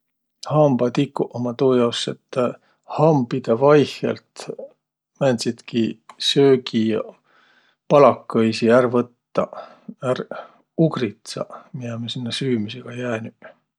Hambatikuq ummaq tuujaos, et hambidõ vaihõlt määntsitki söögipalakõisi ärq võttaq, ärq ugritsaq, miä ummaq sinnäq süümisega jäänüq.